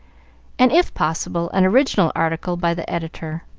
and, if possible, an original article by the editor.